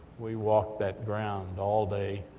we walked that ground all day,